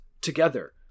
together